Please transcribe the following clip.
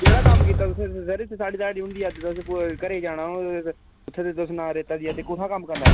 केह्ड़ा कम्म कीता तुसें इत्थै सर इत्थै साढ़ी ध्याड़ी होंदी ऐ घरै'ई जाना हा इत इत्थै ते तुस ना रेत्ता देआ दे कुत्थुआं कम्म करना